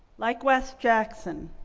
like wes jackson,